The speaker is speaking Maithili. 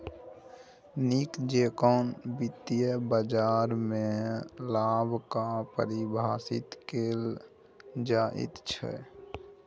नीक जेकां वित्तीय बाजारमे लाभ कऽ परिभाषित कैल जाइत छै